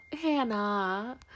Hannah